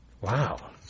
Wow